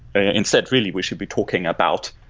ah instead, really, we should be talking about,